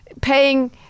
paying